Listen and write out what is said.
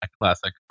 Classic